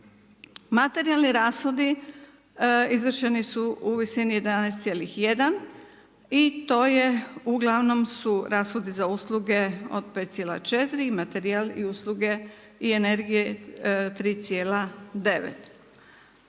Materijalni rashodi izvršeni su u visini 11,1 i to je uglavnom su rashodi za usluge od 5,4 materijal i usluge i energije 3,9.